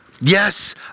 Yes